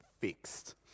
Fixed